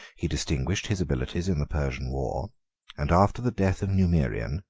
he distinguished his abilities in the persian war and after the death of numerian,